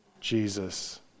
Jesus